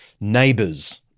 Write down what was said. neighbors